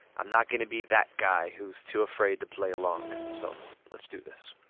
i'm not going to be that guy who's too afraid to play along. so let's do this.